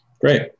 Great